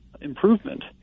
improvement